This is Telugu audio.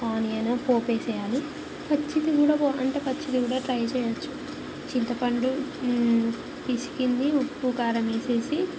ఆనియను పోపేసేయాలి పచ్చిమిరప అంటే పచ్చివి కూడా ట్రై చేయచ్చు చింతపండు పిసికింది ఉప్పు కారమేసేసి